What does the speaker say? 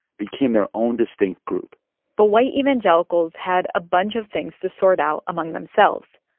became their own distinct group but white evangelicals had a bunch of things to sort out among themselves.